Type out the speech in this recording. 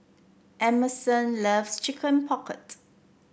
Emerson loves Chicken Pocket